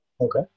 Okay